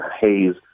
haze